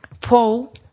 Paul